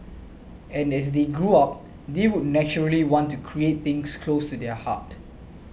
and as they grow up they would naturally want to create things close to their heart